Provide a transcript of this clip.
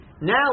Now